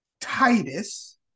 Titus